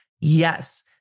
Yes